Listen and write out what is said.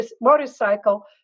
motorcycle